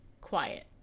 quiet